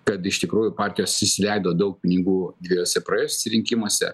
kad iš tikrųjų partijos išsileido daug pinigų dviejuose praėjusiuose rinkimuose